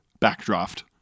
Backdraft